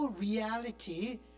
reality